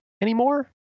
anymore